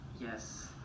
Yes